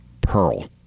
pearl